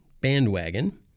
bandwagon